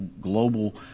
global